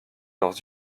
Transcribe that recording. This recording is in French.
leurs